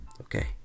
Okay